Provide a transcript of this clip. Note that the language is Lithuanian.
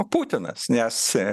putinas nes